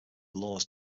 laws